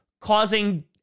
causing